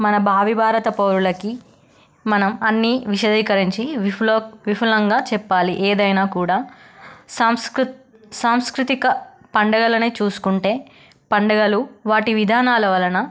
మన భావిభారత పౌరులకి మనం అన్ని విశదీకరించి విఫలో విఫలంగా చెప్పాలి ఏదైనా కూడా సాంస్కృత సాంస్కృతిక పండగలనే చూసుకుంటే పండగలు వాటి విధానాల వలన